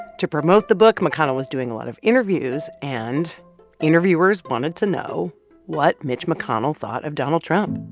to promote the book, mcconnell was doing a lot of interviews, and interviewers wanted to know what mitch mcconnell thought of donald trump.